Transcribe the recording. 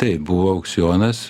taip buvo aukcionas